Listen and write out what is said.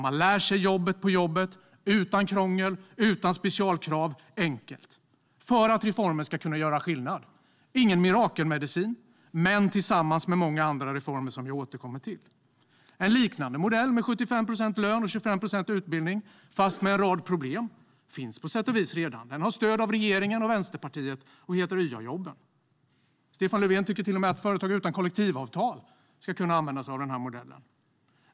Man lär sig jobbet på jobbet, utan krångel och utan specialkrav - enkelt, för att reformen ska kunna göra skillnad. Det är ingen mirakelmedicin men genomförs tillsammans med många andra reformer, som jag återkommer till. En liknande modell med 75 procent lön och 25 utbildning, fast med en rad problem, finns på sätt och vis redan. Den har stöd av regeringen och Vänsterpartiet och heter YA-jobb. Stefan Löfven tycker till och med att företag utan kollektivavtal ska kunna använda sig av den modellen.